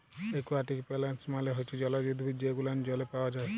aquatic plants মালে হচ্যে জলজ উদ্ভিদ যে গুলান জলে পাওয়া যায়